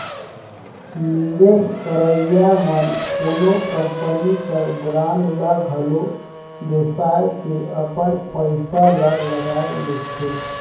निवेस करइया मन कोनो कंपनी कर बांड ल घलो बेसाए के अपन पइसा ल लगाए लेथे